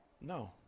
No